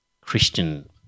Christian